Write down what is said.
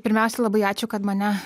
pirmiausia labai ačiū kad mane